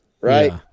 right